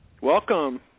Welcome